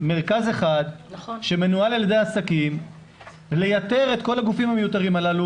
מרכז אחד שמנוהל על ידי עסקים ולייתר את כל הגופים הללו.